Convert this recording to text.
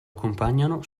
accompagnano